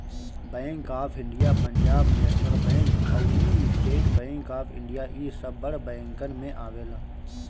bank of India, Punjab National Bank अउरी State Bank of India इ सब बड़ बैंकन में आवेला